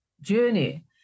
journey